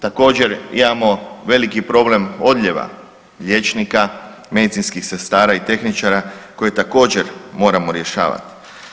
Također imamo veliki problem odljeva liječnika, medicinskih sestara i tehničara koje također moramo rješavat.